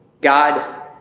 God